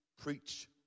preach